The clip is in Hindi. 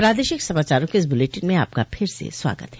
प्रादेशिक समाचारों के इस बुलेटिन में आपका फिर से स्वागत है